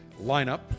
lineup